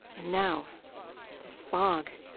and now this fog